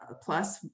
plus